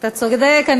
אתה צודק.